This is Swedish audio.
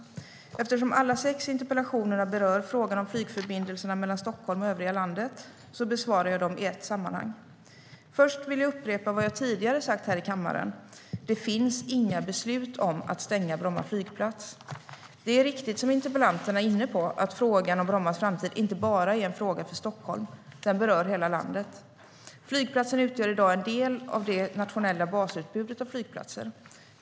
Eftersom alla sex interpellationerna berör frågan om flygförbindelserna mellan Stockholm och övriga landet besvarar jag dem i ett sammanhang. Det är riktigt, som interpellanterna är inne på, att frågan om Brommas framtid inte bara är en fråga för Stockholm. Den berör hela landet. Flygplatsen utgör i dag en del av det nationella basutbudet av flygplatser.